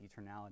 eternality